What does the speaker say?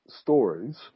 stories